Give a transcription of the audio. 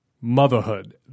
motherhood